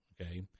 Okay